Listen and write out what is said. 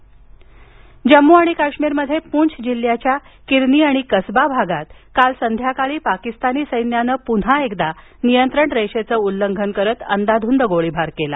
काश्मीर जम्मू आणि काश्मीरमध्ये पूँछ जिल्ह्याच्या किरनी आणि कसबा भागात काल संध्याकाळी पाकिस्तानी सैन्यानं पुन्हा एकदा नियंत्रण रेषेचं उल्लंघन करीत अंदाधुंद गोळीबार केला